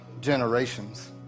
generations